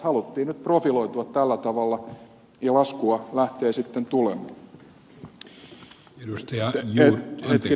haluttiin nyt profiloitua tällä tavalla ja laskua lähtee sitten tulemaan